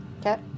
Okay